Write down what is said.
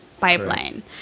pipeline